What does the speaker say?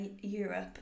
Europe